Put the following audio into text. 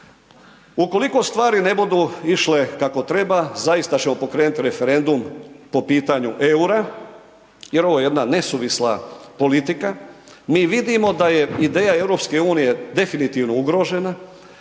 Ukoliko stvari ne budu išle kako treba zaista ćemo pokrenuti referendum po pitanju EUR-a jer ovo je jedna nesuvisla politika. Mi vidimo da je ideja EU definitivno ugrožena,